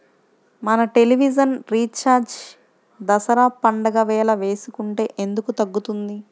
మన television recharge Dasara పండగ వేళ వేసుకుంటే ఎందుకు తగ్గుతుంది?